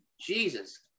Jesus